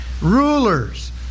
rulers